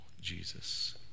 Jesus